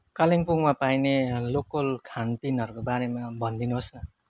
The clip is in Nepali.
कालिम्पोङमा पाइने लोकल खानपिनहरूको बारेमा भनिदिनुहोस् न